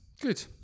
Good